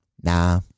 nah